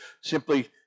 simply